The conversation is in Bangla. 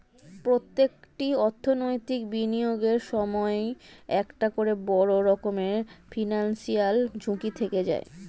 প্রত্যেকটি অর্থনৈতিক বিনিয়োগের সময়ই একটা করে বড় রকমের ফিনান্সিয়াল ঝুঁকি থেকে যায়